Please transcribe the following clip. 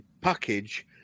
package